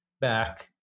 back